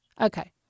Okay